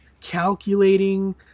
calculating